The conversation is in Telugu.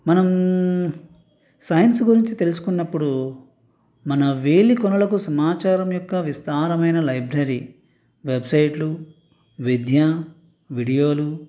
మనం సైన్స్ గురించి తెలుసుకున్నప్పుడు మన వేలి కొనలకు సమాచారం యొక్క విస్తారమైన లైబ్రరీ వెబ్సైట్లు విద్య వీడియోలు